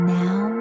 now